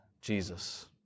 Jesus